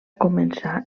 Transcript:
començar